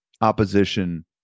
opposition